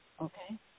okay